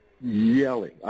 yelling